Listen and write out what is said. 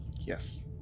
Yes